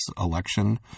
election